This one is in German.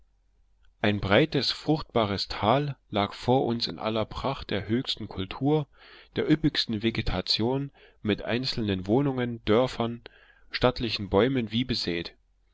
ein breites fruchtbares tal lag vor uns in aller pracht der höchsten kultur der üppigsten vegetation mit einzelnen wohnungen dörfern stattlichen bäumen wie besät